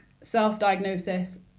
self-diagnosis